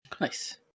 Nice